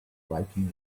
lighting